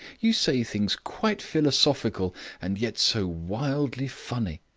you say things quite philosophical and yet so wildly funny.